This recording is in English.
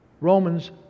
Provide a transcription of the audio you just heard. Romans